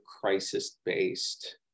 crisis-based